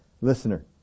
listener